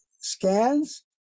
scans